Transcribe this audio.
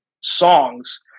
songs